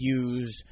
use